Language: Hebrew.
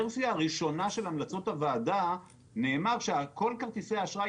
בשנה הבאה 461,000 לקוחות ייפגעו,